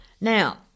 Now